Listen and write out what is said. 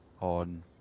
on